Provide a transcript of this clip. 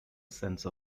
sense